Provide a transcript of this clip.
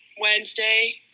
Wednesday